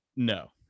no